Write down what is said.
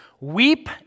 weep